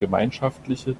gemeinschaftliche